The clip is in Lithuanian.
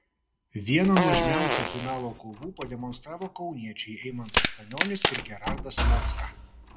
vieną nuožmiausių finalo kovų pademonstravo kauniečiai eimantas stanionis ir gerardas mocka